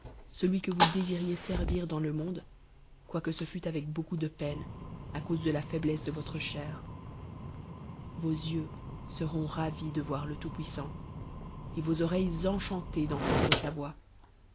œlni que vous désiriez servir dan le monde quoique ce fût avec bellucoup de peine à cause de la foiblesse de votre chair vos jeux seront ra is de voirle tout-puissant el vos ofl'iiles encbantées d'entendre sa voix